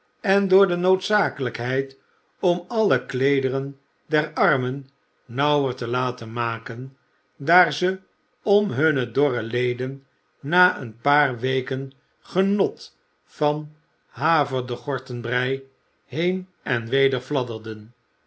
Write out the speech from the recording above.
en door de noodzakelijkheid om alle kleederen der armen nauwer te laten maken daar ze om hunne dorre leden na een paar weken genot van haverdegortenbrij heen en weder fladderden